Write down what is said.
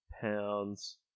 pounds